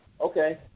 Okay